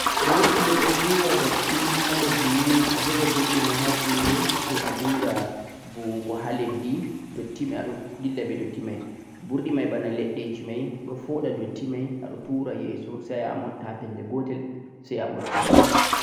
burdo ni dhoo huuwa datti ni haa leddi a jooga haa jongo sai dingha buugo haa leddi datti mei adon dilla be datti mei burdo mei baana leddeji mei don foodha datti mei don tura yeso sai a motta de gotel sai a botta